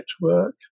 network